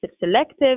selective